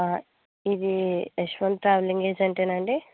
ఇది యశ్వంత్ ట్రావెలింగ్ ఏజెంటేనా అండి